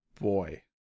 Boy